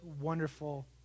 wonderful